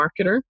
marketer